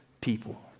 people